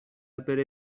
بره